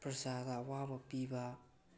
ꯄ꯭꯭ꯔꯖꯥꯗ ꯑꯋꯥꯕ ꯄꯤꯕ